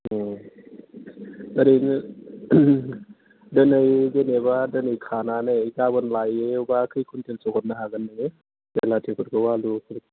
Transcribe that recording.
देह ओरैनो दिनै जेनेबा दिनै खानानै गाबोन लायोबा कै कुविन्टेलसो हरनो हागोन ओरैनो बिलाथिफोरखौ आलुफोरखौ